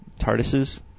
Tardises